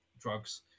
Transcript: drugs